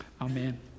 Amen